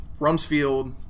Rumsfeld